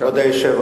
אז תהיה כסניגורית.